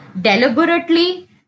deliberately